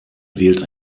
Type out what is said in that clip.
wählt